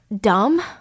dumb